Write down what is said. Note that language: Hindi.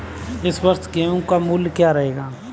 इस वर्ष गेहूँ का मूल्य क्या रहेगा?